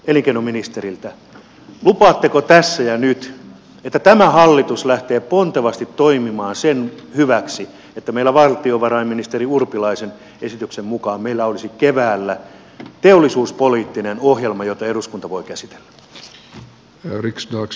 lupaatteko tässä ja nyt että tämä hallitus lähtee pontevasti toimimaan sen hyväksi että valtiovarainministeri urpilaisen esityksen mukaan meillä olisi keväällä teollisuuspoliittinen ohjelma jota eduskunta voi käsitellä